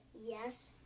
Yes